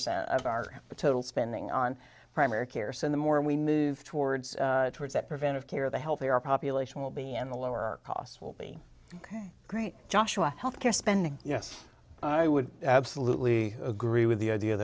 cent of our total spending on primer care said the more we move towards towards that preventive care the healthier population will be and the lower costs will be ok great joshua health care spending yes i would absolutely agree with the idea